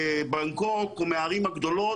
מבנגקוק ומהערים הגדולות,